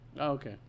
Okay